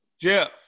Jeff